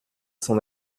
son